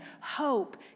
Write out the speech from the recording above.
hope